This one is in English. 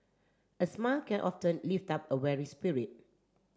a smile can often lift up a weary spirit